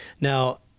Now